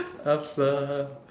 upz lah